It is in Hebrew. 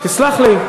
תסלח לי,